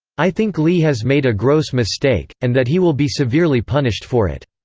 i think lee has made a gross mistake, and that he will be severely punished for it.